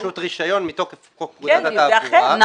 זה פשוט רישיון מתוקף חוק פקודת התעבורה,